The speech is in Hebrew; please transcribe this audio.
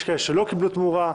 יש כאלה שלא קיבלו תמורה.